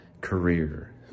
career